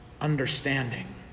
understanding